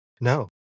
no